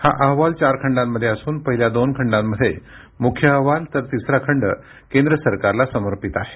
हा अहवाल चार खंडांमध्ये असून पहिल्या दोन खंडांमध्ये मुख्य अहवाल तर तिसरा खंड केंद्र सरकारला समर्पित आहे